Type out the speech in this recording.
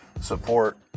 support